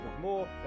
more